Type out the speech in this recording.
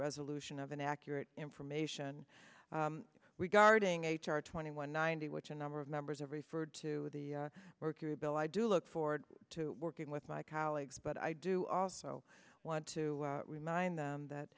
resolution of inaccurate information regarding h r twenty one ninety which a number of members are referred to the work through bill i do look forward to working with my colleagues but i do also want to remind them that